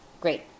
Great